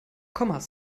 kommas